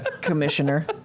Commissioner